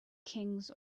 kings